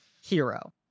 hero